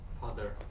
Father